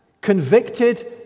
convicted